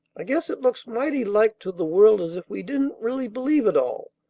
i guess it looks mighty like to the world as if we didn't really believe it all,